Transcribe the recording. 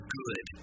good